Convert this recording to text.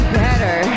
better